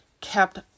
kept